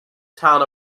town